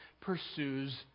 pursues